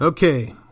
Okay